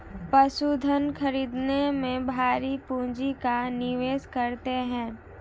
पशुधन खरीदने में भारी पूँजी का निवेश करते हैं